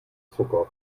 zucker